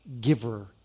giver